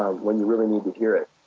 when you really need to hear it?